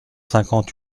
cinquante